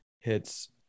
hits –